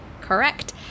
Correct